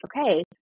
okay